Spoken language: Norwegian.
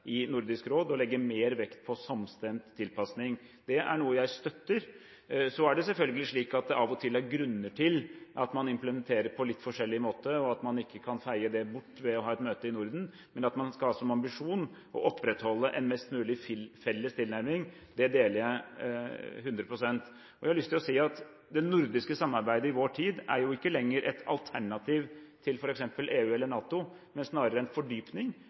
i Nordisk Råd om å legge mer vekt på samstemt tilpasning. Det er noe jeg støtter. Så er det selvfølgelig slik at det av og til er grunner til at man implementerer på litt forskjellig måte, og at man ikke kan feie det bort ved å ha et møte i Norden. Men det at man skal ha som ambisjon å opprettholde en mest mulig felles tilnærming, deler jeg 100 pst. Jeg har lyst til å si at det nordiske samarbeidet i vår tid er jo ikke lenger et alternativ til f.eks. EU eller NATO, men snarere en fordypning,